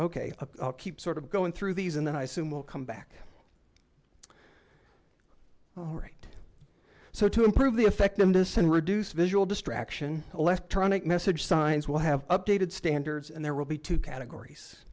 ok keep sort of going through these and then i assume we'll come back all right so to improve the effectiveness and reduce visual distraction electronic message signs will have updated standards and there will be two categories